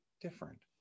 different